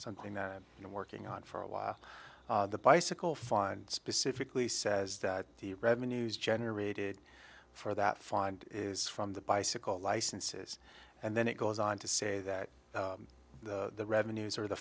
something that you're working on for a while the bicycle fund specifically says that the revenues generated for that find is from the bicycle licenses and then it goes on to say that the revenues or the